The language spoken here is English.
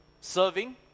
serving